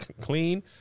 clean